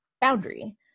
boundary